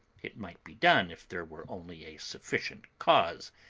it might be done if there were only a sufficient cause.